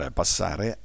passare